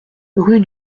rue